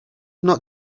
not